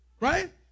right